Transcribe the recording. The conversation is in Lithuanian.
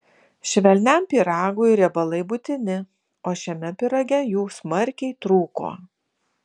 švelniam pyragui riebalai būtini o šiame pyrage jų smarkiai trūko